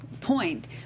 point